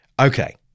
Okay